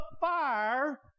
fire